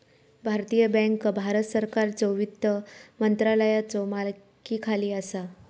भारतीय बँक भारत सरकारच्यो वित्त मंत्रालयाच्यो मालकीखाली असा